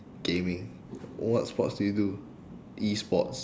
gaming wh~ what sports do you do e-sports